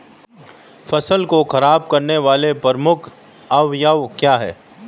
फसल को खराब करने वाले प्रमुख अवयव क्या है?